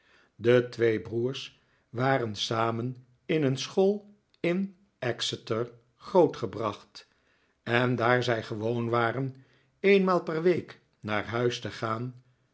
de twee broers waren samen in een school in exeter grootgebracht en daar zij gewoon waren eenmaal per week naar huis te gaan